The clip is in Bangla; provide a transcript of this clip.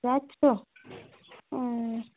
যাচ্ছ ও